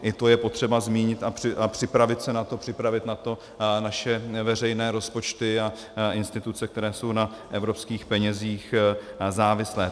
I to je potřeba zmínit a připravit se na to, připravit na to naše veřejné rozpočty a instituce, které jsou na evropských penězích závislé.